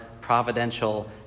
providential